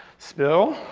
spill.